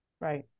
right